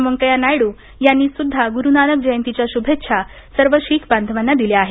वेन्कैय्या नायडू यांनी सुद्धा गुरु नानक जयंतीच्या शुभेच्छा सर्व शीख बांधवांना दिल्या आहेत